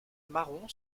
marron